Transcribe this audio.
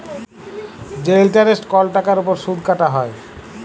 যে ইলটারেস্ট কল টাকার উপর সুদ কাটা হ্যয়